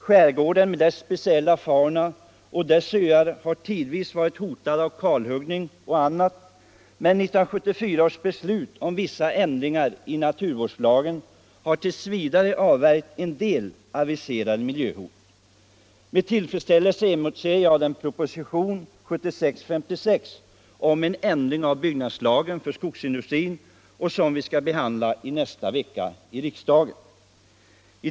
Skärgården med dess speciella fauna och dess öar har tidvis varit hotad av kalhuggning och annat. Men 1974 års beslut om vissa ändringar i naturvårdslagen har tills vidare avvärjt en del aviserade miljöhot. Med tillfredsställelse har jag tagit del av propositionen 1975/76:56 om ändring i byggnadslagen när det gäller skogsindustrin, som vi i nästa vecka skall behandla här i kammaren.